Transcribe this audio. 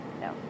no